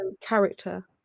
character